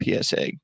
PSA